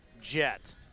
jet